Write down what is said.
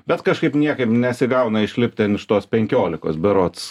bet kažkaip niekaip nesigauna išlipti ten iš tos penkiolikos berods